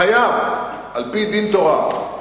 חייב, על-פי דין תורה.